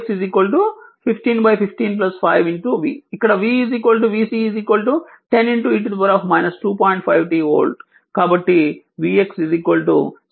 vx 1515 5 v ఇక్కడ v vC 10 e 2